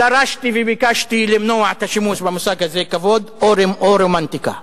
דרשתי וביקשתי למנוע את השימוש במושג הזה "כבוד" או "רומנטיקה".